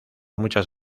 muchas